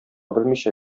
белмичә